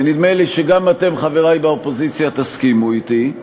ונדמה לי שגם אתם, חברי באופוזיציה, תסכימו אתי,